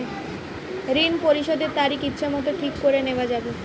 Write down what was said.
ঋণ পরিশোধের তারিখ ইচ্ছামত ঠিক করে নেওয়া যাবে?